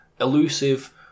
elusive